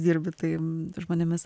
dirbi tai žmonėmis